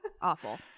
awful